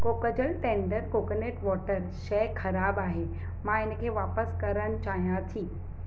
Cocojal tender coconut water शइ ख़राबु आहे मां इनखे वापसि करणु चाहियां थी